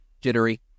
Jittery